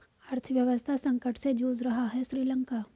अर्थव्यवस्था संकट से जूझ रहा हैं श्रीलंका